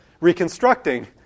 reconstructing